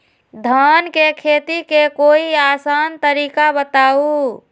धान के खेती के कोई आसान तरिका बताउ?